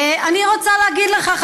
אני רוצה להגיד לך,